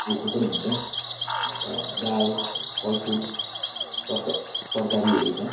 उखु पनि हुन्छ अन्त दाल फलफुल तरका तरकारीहरू छ